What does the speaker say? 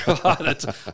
God